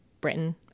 Britain